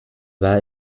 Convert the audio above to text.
war